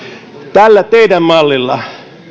tällä teidän mallillanne